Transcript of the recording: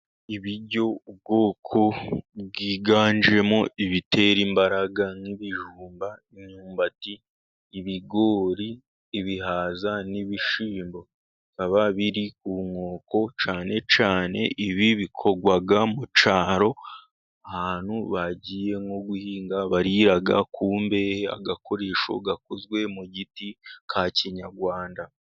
Ibiryo by' ubwoko byiganjemo ibitera imbaraga: ibijumba, imyumbati, ibigori, ibihaza n' ibishyimbo, bikaba biri ku nkoko cyane cyane ibi bikorwa mu cyaro, abantu bagiye nko guhinga barira ku mbehe, agakoresho gakozwe mu giti ka kinyarwanda.